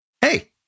hey